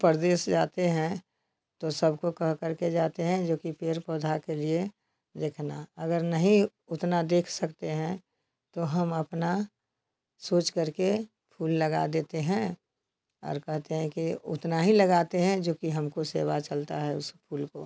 प्रदेश जाते हैं तो सबको कहकर के जाते हैं जो कि पेड़ पौधा के लिए देखना अगर नहीं उतना देख सकते हैं तो हम अपना सोच करके फूल लगा देते हैं और कहते हैं कि उतना ही लगाते हैं जो कि हमको सेवा चलता है उस फूल को